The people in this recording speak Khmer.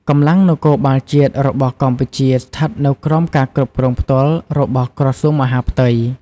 កម្លាំងនគរបាលជាតិរបស់កម្ពុជាស្ថិតនៅក្រោមការគ្រប់គ្រងផ្ទាល់របស់ក្រសួងមហាផ្ទៃ។